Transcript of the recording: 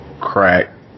Crack